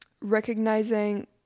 recognizing